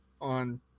on